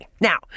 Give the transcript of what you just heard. now